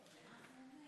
חברי